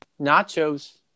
nachos